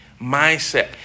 mindset